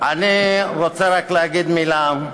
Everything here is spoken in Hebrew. אני רוצה רק להגיד מילה,